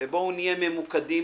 ובואו נהיה ממוקדים.